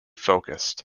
focused